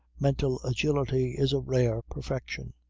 mental agility is a rare perfection.